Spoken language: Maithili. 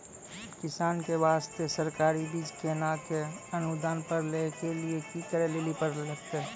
किसान के बास्ते सरकारी बीज केना कऽ अनुदान पर लै के लिए की करै लेली लागतै?